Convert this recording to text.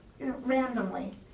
randomly